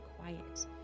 quiet